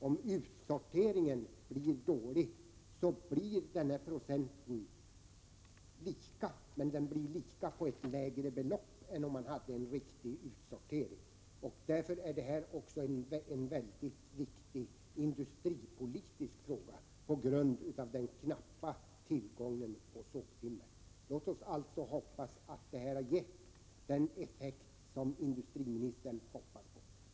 Om utsorteringen är dålig, beräknas denna procent på en lägre kvantitet än om man hade en riktig utsortering. Därför är detta också en mycket viktig industripolitisk fråga, eftersom vi har en mycket knapp tillgång på sågtimmer. Låt oss alltså hoppas att min fråga gett den effekt som industriministern antydde.